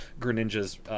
Greninja's